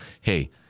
Hey